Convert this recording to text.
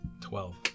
Twelve